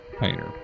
painter